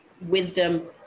wisdom